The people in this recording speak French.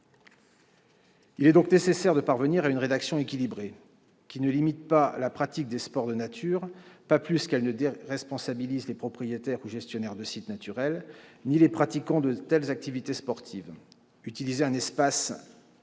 Il est donc nécessaire de parvenir à une rédaction équilibrée, qui ne limite pas la pratique des sports de nature, pas plus qu'elle ne déresponsabilise les propriétaires ou gestionnaires de sites naturels, ni les pratiquants de telles activités sportives. Utiliser un espace à